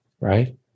right